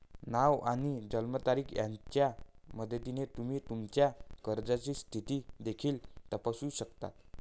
नाव आणि जन्मतारीख यांच्या मदतीने तुम्ही तुमच्या कर्जाची स्थिती देखील तपासू शकता